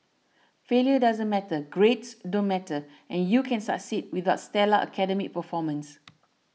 failure doesn't matter grades don't matter and you can succeed without stellar academic performance